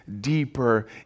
deeper